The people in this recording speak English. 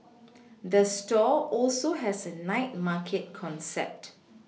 the store also has a night market concept